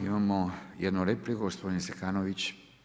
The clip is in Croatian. Imamo jednu repliku, gospodin Zekanović.